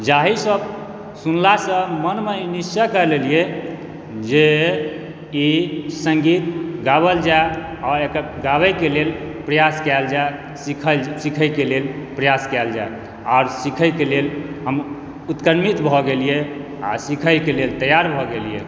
जाहिसँ सुनलासँ मनमे ई निश्चय कऽ लेलियै जे ई सङ्गीत गाओल जाय आओर एकर गावैके लेल प्रयास कयल जाय सिखयके लेल प्रयास कयल जाय आओर सिखयके लेल हम उत्कण्ठित भऽ गेलियै आ सिखयके लेल तैयार भऽ गेलियै